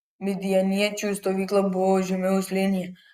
midjaniečių stovykla buvo žemiau slėnyje